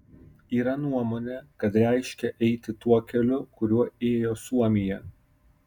yra nuomonė kad reiškia eiti tuo keliu kuriuo ėjo suomija